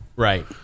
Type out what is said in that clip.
Right